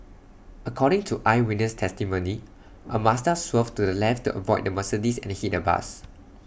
according to eyewitness testimony A Mazda swerved to the left to avoid the Mercedes and hit A bus